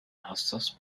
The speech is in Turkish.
hassas